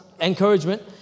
Encouragement